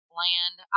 land